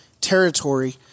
territory